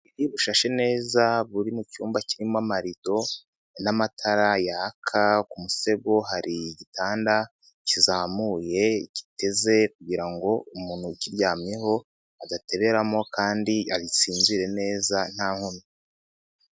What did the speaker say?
Bushashe neza buri mu cyumba kirimo amarido n'amatara yaka, ku musego hari igitanda kizamuye giteze kugira ngo umuntu ukiryamyeho adateberamo kandi asinzire neza nta nkomyi.